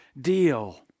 deal